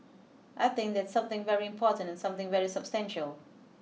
I think that's something very important and something very substantial